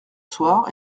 soir